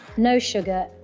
no sugar.